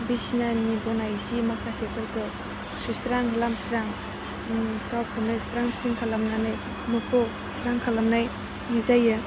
बिसिनानि बनाय जि माखासेफोरखौ सुस्रां लामस्रां गावखौनो स्रां स्रिं खालामनानै न'खौ स्रां खालामनाय जायो